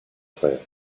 frères